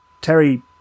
Terry